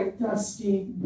Dusty